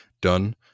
done